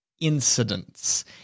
incidents